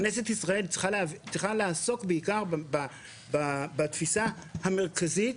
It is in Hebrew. כנסת ישראל צריכה לעסוק בעיקר בתפיסה המרכזית,